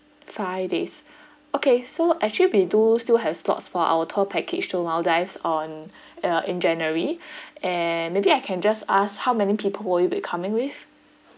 five days okay so actually we do still have slots for our tour package to maldives on uh in january and maybe I can just ask how many people will you be coming with